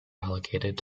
allocated